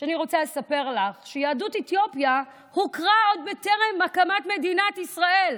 אני רוצה לספר לך שיהדות אתיופיה הוכרה עוד בטרם הקמת מדינת ישראל,